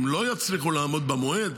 אם לא יצליחו לעמוד במועד,